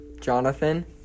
Jonathan